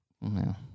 No